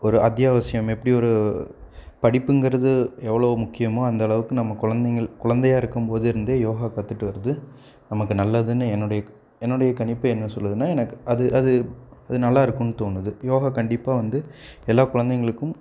ஒரு அத்தியாவசியம் எப்படி ஒரு படிப்புங்கிறது எவ்வளோ முக்கியமோ அந்தளவுக்கு நம்ம குழந்தைங்கள் குழந்தையாக இருக்கும்போது இருந்தே யோகா கற்றுட்டு வரது நமக்கு நல்லதுன்னு என்னுடைய என்னுடைய கணிப்பு என்ன சொல்லுதுன்னா எனக்கு அது அது அது நல்லாருக்குதுன்னு தோணுது யோகா கண்டிப்பாக வந்து எல்லா குழந்தைங்களுக்கும்